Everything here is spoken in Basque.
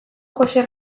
joxe